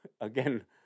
again